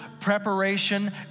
preparation